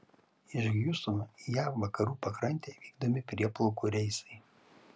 iš hjustono į jav vakarų pakrantę vykdomi prieplaukų reisai